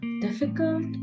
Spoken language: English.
difficult